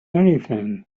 anything